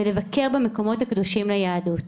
ולבקר במקומות הקדושים ליהדות.